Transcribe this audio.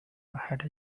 had